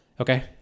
Okay